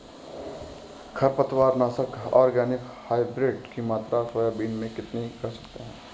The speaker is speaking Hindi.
खरपतवार नाशक ऑर्गेनिक हाइब्रिड की मात्रा सोयाबीन में कितनी कर सकते हैं?